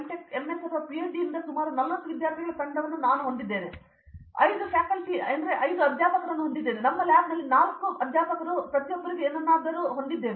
tech MS ಪಿಹೆಚ್ಡಿಯಿಂದ ಸುಮಾರು 40 ವಿದ್ಯಾರ್ಥಿಗಳ ತಂಡವನ್ನು ನಾನು ಹೊಂದಿದ್ದೇವೆ ಮತ್ತು ನಂತರ ನಾವು 5 ಫ್ಯಾಕಲ್ಟಿಗಳನ್ನು ಹೊಂದಿದ್ದೇವೆ ನಮ್ಮ ಲ್ಯಾಬ್ನಲ್ಲಿ 4 ಫ್ಯಾಕಲ್ಟಿಗಳು ಪ್ರತಿಯೊಬ್ಬರಿಗೂ ಏನನ್ನಾದರೂ ಹೊಂದಿದ್ದೇವೆ